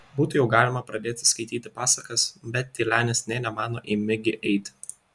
būtų jau galima pradėti skaityti pasakas bet tylenis nė nemano į migį eiti